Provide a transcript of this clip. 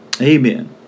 amen